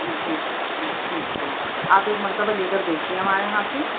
جی ٹھیک ہے آپ ایک مرتبہ لے کر دیکھیے ہمارے یہاں سے